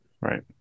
right